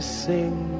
sing